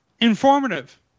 informative